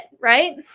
right